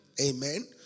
Amen